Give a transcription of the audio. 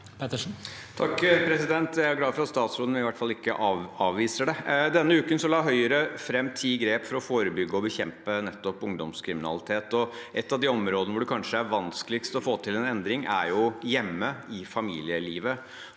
Pettersen (H) Jeg er glad for at statsråden i hvert fall ikke avviser det. Denne uken la Høyre fram ti grep for å forebygge og bekjempe nettopp ungdomskriminalitet. Et av områdene som det kanskje er vanskeligst å få til en endring på, er hjemme i familielivet.